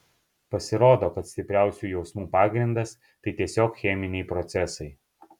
pasirodo kad stipriausių jausmų pagrindas tai tiesiog cheminiai procesai